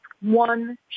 one